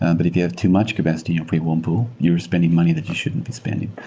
and but if you have too much capacity in your pre-warm tool, you're spending money that you shouldn't be spending.